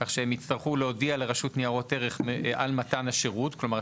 כך שהם יצטרכו להודיע לרשות ניירות ערך על מתן השירות כלומר,